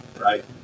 right